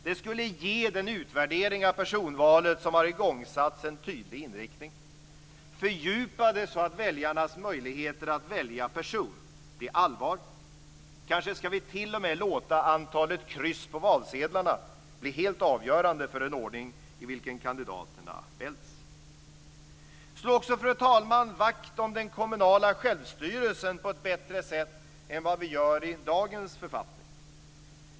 Det skulle ge den utvärdering av personvalet som har igångsatts en tydlig inriktning. Det bör fördjupas så att väljarnas möjligheter att välja person blir allvar. Kanske skall vi t.o.m. låta antalet kryss på valsedlarna bli helt avgörande för den ordning i vilken kandidaterna väljs. Fru talman! Vi skall också slå vakt om den kommunala självstyrelsen på ett bättre sätt än vad vi gör i dagens författning.